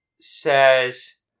says